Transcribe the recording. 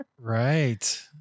Right